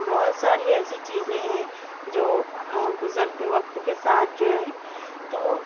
بہت ساری ایسی چیزیں ہیں جو گزرتے وقت کے ساتھ جو ہے تو